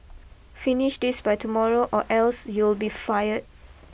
finish this by tomorrow or else you'll be fired